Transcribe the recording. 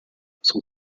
son